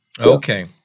Okay